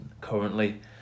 currently